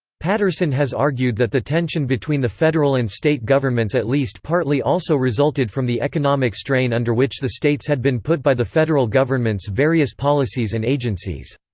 patterson has argued that the tension between the federal and state governments at least partly also resulted from the economic strain under which the states had been put by the federal government's various policies and agencies.